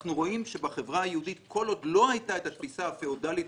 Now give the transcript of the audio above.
אנחנו רואים שבחברה היהודית כל עוד לא הייתה התפיסה הפיאודלית,